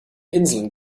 inseln